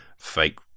fake